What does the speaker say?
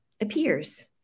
appears